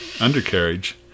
undercarriage